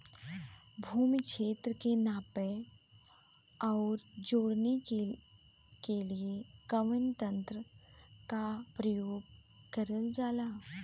भूमि क्षेत्र के नापे आउर जोड़ने के लिए कवन तंत्र का प्रयोग करल जा ला?